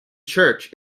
church